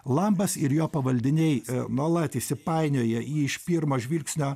lambas ir jo pavaldiniai nuolat įsipainioja į iš pirmo žvilgsnio